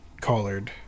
collared